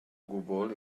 gwbl